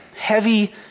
heavy